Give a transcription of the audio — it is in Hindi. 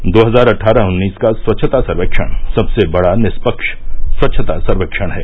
दो हजार अट्ठारह उन्नीस का स्वच्छता सर्वेक्षण सबसे बड़ा निष्पक्ष स्वच्छता सर्वेक्षण है